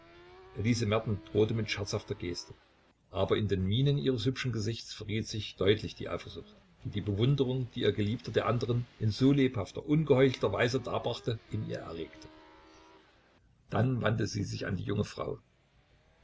elise merten drohte mit scherzhafter geste aber in den mienen ihres hübschen gesichts verriet sich deutlich die eifersucht die die bewunderung die ihr geliebter der anderen in so lebhafter ungeheuchelter weise darbrachte in ihr erregte dann wandte sie sich an die junge frau